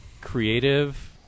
creative